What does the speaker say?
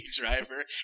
driver